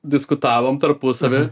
diskutavom tarpusavy